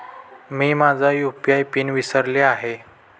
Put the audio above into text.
मी माझा UPI PIN विसरले आहे